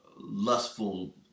lustful